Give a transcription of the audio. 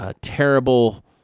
terrible